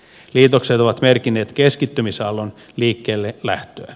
liitokset ovat merkinneet keskittymisaallon liikkeellelähtöä